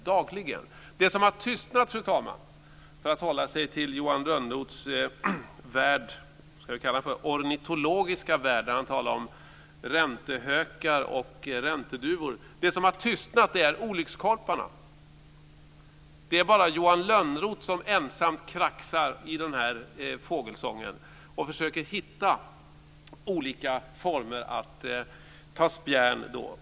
Vad som har tystnat, fru talman - om jag ska hålla mig till Johan Lönnroths ornitologiska värld, där han talar om räntehökar och ränteduvor - är olyckskorparna. Fågelsången består nu av Johan Lönnroths ensamma kraxande när han på olika sätt försöker ta spjärn.